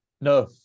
no